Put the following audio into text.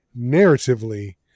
narratively